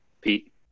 Pete